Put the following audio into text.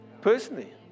personally